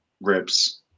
ribs